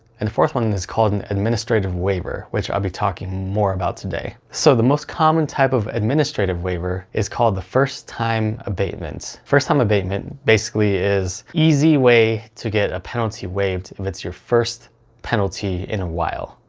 and the fourth one and is called an administrative waiver which i'll be talking more about today. so the most common type of administrative waiver is called the first time abatement. first time abatement basically is an easy way to get a penalty waived if it's your first penalty in a while.